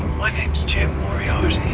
my name's jim moriarty.